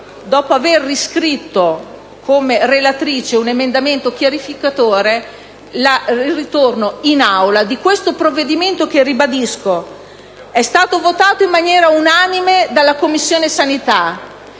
dopo avere io riscritto, come relatrice, un emendamento chiarificatore, il ritorno in Aula di questo provvedimento che, lo ribadisco, è stato votato in maniera unanime dalla Commissione sanità,